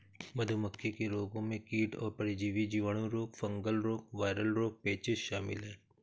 मधुमक्खी के रोगों में कीट और परजीवी, जीवाणु रोग, फंगल रोग, वायरल रोग, पेचिश शामिल है